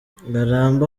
ngarambe